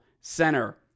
Center